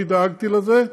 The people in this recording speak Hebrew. אני דאגתי לזה.